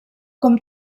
com